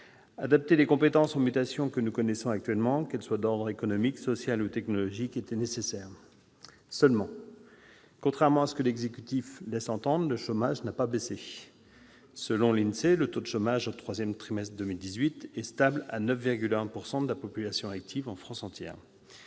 Adapter les compétences aux mutations que nous connaissons, économiques, sociales ou technologiques, était nécessaire. Seulement voilà : contrairement à ce que l'exécutif laisse entendre, le chômage n'a pas baissé. Selon l'INSEE, le taux de chômage au troisième trimestre de 2018 était stable, à 9,1 % de la population active en France entière.